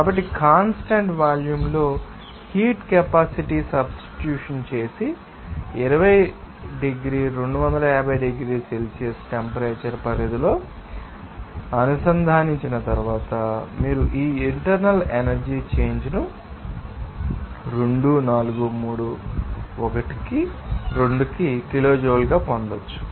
కాబట్టి కాన్స్టాంట్ వాల్యూమ్లో heat capacity substitution చేసి 20 డిగ్రీ 250 డిగ్రీల సెల్సియస్ టెంపరేచర్ పరిధిలో అనుసంధానించిన తరువాత మీరు ఈ ఇంటర్నల్ ఎనర్జీ చేంజ్ ను 24312 కిలోజౌల్గా పొందవచ్చు